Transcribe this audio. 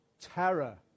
terror